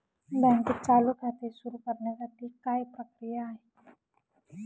बँकेत चालू खाते सुरु करण्यासाठी काय प्रक्रिया आहे?